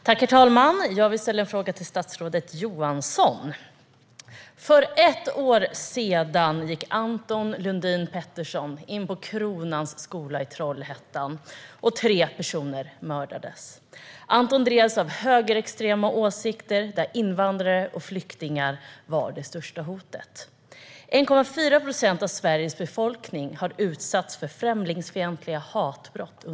Herr talman! Jag vill ställa en fråga till statsrådet Johansson. För ett år sedan gick Anton Lundin Pettersson in på skolan Kronan i Trollhättan. Tre personer mördades. Anton drevs av högerextrema åsikter och ansåg att invandrare och flyktingar var det största hotet. Under 2014 utsattes 1,4 procent av Sveriges befolkning för främlingsfientliga hatbrott.